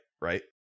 right